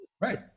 Right